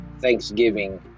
thanksgiving